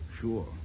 Sure